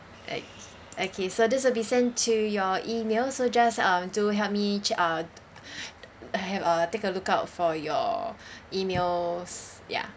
o~ okay so this will be sent to your email so just um do help me che~ um have a take a look out for your emails ya